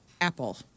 apple